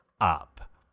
up